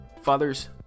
Fathers